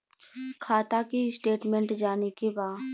खाता के स्टेटमेंट जाने के बा?